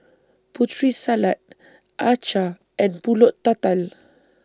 Putri Salad Acar and Pulut Tatal